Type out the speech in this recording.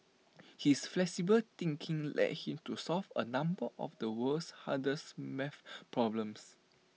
his flexible thinking led him to solve A number of the world's hardest math problems